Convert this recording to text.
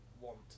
want